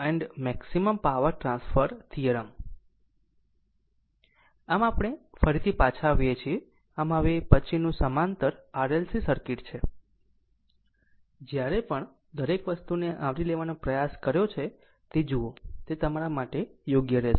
આમ આપણે ફરીથી પાછા આવ્યા છીએ આમ હવે પછીનું સમાંતર RLC સર્કિટ છે જ્યારે પણ દરેક વસ્તુને આવરી લેવાનો પ્રયાસ કર્યો છે તે જુઓ તે તમારા માટે યોગ્ય રહેશે